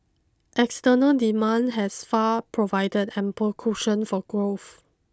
external demand has far provided ample cushion for growth